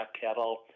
kettle